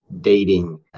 dating